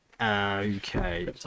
okay